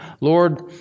Lord